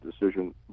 decision